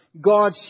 God